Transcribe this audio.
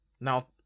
now